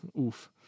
Oof